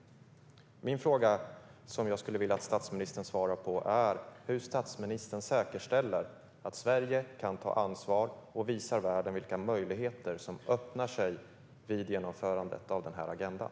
Min fråga, som jag skulle vilja att statsministern svarade på, är hur statsministern säkerställer att Sverige kan ta ansvar och visar världen vilka möjligheter som öppnar sig vid genomförandet av den här agendan.